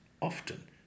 often